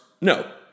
No